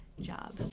job